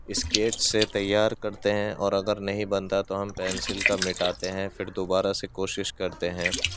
sketch سے تیار کرتے ہیں اور اگر نہیں بنتا ہے تو ہم پینسل کا مٹاتے ہیں پھر دوبارہ سے کوشش کرتے ہیں